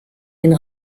den